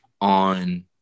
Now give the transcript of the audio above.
on